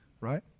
right